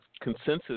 consensus